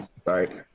sorry